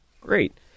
Great